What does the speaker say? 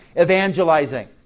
evangelizing